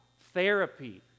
therapy